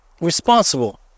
responsible